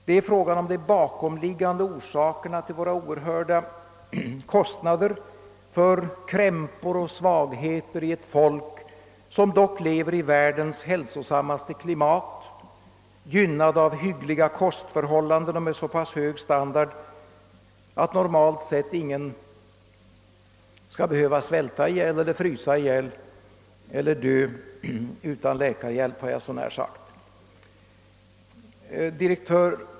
Det gäller frågan om de bakomliggande orsakerna till våra oerhörda kostnader för krämpor och svagheter hos ett folk som dock lever i världens hälsosammaste klimat, som är gynnat av hyggliga kostförhållanden och som har så pass hög standard att normalt sett ingen skall behöva svälta ihjäl, frysa ihjäl eller dö på grund av brist på läkarhjälp.